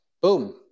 Boom